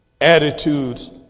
Attitudes